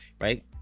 right